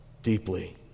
deeply